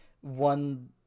one